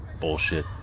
bullshit